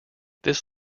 this